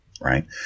right